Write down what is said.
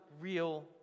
real